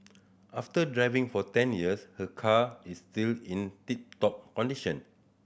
after driving for ten years her car is still in tip top condition